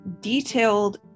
detailed